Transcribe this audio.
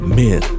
men